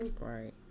right